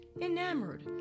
enamored